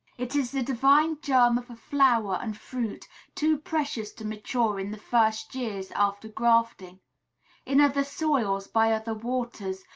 it is the divine germ of a flower and fruit too precious to mature in the first years after grafting in other soils, by other waters,